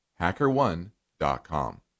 HackerOne.com